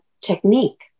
technique